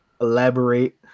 elaborate